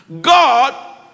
God